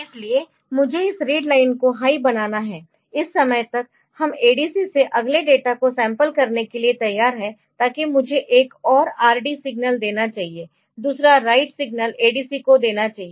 इसलिए मुझे इस रीड लाइन को हाई बनाना है इस समय तक हम ADC से अगले डेटा को सैंपल करने के लिए तैयार है ताकि मुझे एक और RD सिग्नल देना चाहिए दूसरा राइट सिग्नल ADC को देना चाहिए